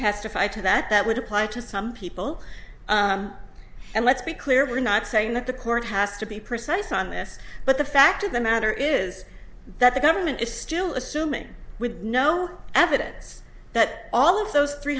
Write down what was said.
testify to that that would apply to some people and let's be clear we're not saying that the court has to be precise on this but the fact of the matter is that the government is still assuming with no evidence that all of those three